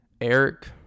Eric